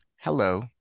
Hello